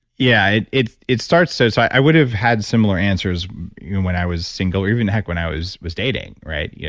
yeah, it it starts. so so i would have had similar answers when i was single, even heck when i was was dating right? yeah